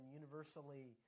universally